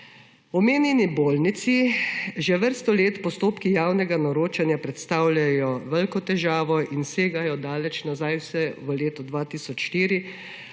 omenjeni bolnišnici že vrsto let postopki javnega naročanja predstavljajo veliko težave in segajo daleč nazaj, vse v leto 2004,